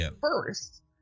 first